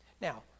Now